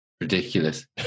Ridiculous